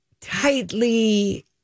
tightly